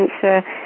cancer